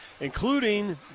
including